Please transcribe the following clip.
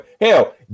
Hell